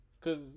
cause